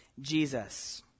Jesus